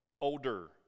older